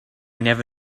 never